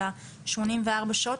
של 84 שעות,